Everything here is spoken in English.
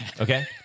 Okay